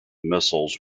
missiles